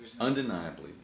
Undeniably